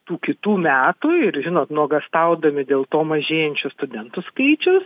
tų kitų metų ir žinot nuogąstaudami dėl to mažėjančio studentų skaičiaus